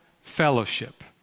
fellowship